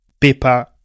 paper